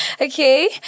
Okay